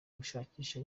ugushakisha